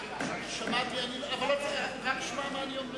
הצבעה שמית,